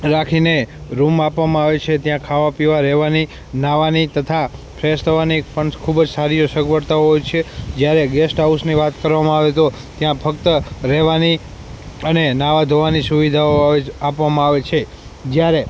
રાખીને રૂમ આપવામાં આવે છે ત્યાં ખાવા પીવા રહેવાની નાહવાની તથા ફ્રેશ થવાની પણ ખૂબ જ સારી એવી સગવડતાઓ હોય છે જયારે ગેસ્ટ હાઉસની વાત કરવામાં આવે તો ત્યાં ફક્ત રહેવાની અને નહાવા ધોવાની સુવિધાઓ આવે આપવામાં આવે છે જયારે